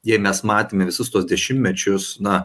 jei mes matėme visus tuos dešimtmečius na